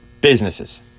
businesses